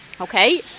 Okay